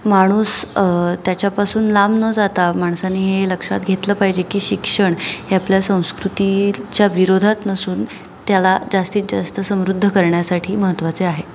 माणूस त्याच्यापासून लांब न जाता माणसांनी हे लक्षात घेतलं पाहिजे की शिक्षण हे आपल्या संस्कृतीच्या विरोधात नसून त्याला जास्तीत जास्त समृद्ध करण्यासाठी महत्त्वाचे आहे